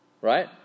Right